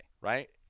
Right